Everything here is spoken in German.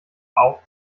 auch